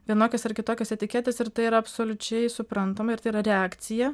vienokias ar kitokias etiketes ir tai yra absoliučiai suprantama ir tai yra reakcija